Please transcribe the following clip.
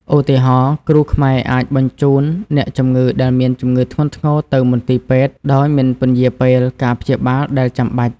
ឧទាហរណ៍ គ្រូខ្មែរអាចបញ្ជូនអ្នកជំងឺដែលមានជំងឺធ្ងន់ធ្ងរទៅមន្ទីរពេទ្យដោយមិនពន្យារពេលការព្យាបាលដែលចាំបាច់។